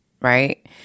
right